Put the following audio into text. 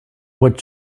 what